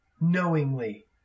knowingly